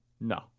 No